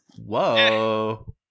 Whoa